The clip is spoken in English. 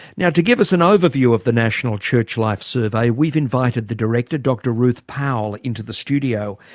now to give us an overview of the national church life survey, we've invited the director, dr ruth powell, into the studio.